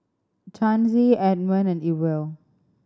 Chancey Edmon and Ewell